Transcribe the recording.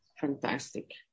fantastic